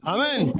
Amen